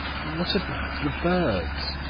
what about the birds?